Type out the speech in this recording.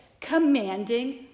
commanding